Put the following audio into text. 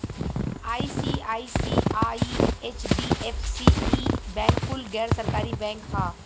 ICICI, HDFC, ई bank कुल गैर सरकारी बैंक ह